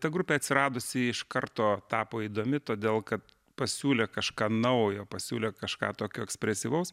ta grupė atsiradusi iš karto tapo įdomi todėl kad pasiūlė kažką naujo pasiūlė kažką tokio ekspresyvaus